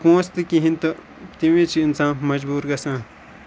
پونٛسہٕ تہِ کِہیٖنۍ تہٕ تَمہِ وِز چھِ اِنسان مجبوٗر گژھان